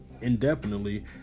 indefinitely